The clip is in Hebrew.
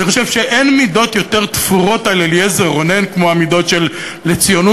אני חושב שאין מידות יותר תפורות על אליעזר רונן כמו המידות של ציונות,